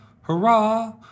Hurrah